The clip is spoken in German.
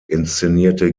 inszenierte